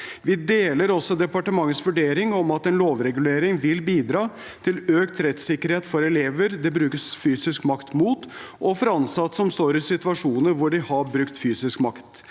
Vi deler også departementets vurdering om at en lovregulering vil bidra til økt rettssikkerhet for elever det brukes fysisk makt mot, og for ansatte som står i situasjoner hvor de har brukt fysisk makt.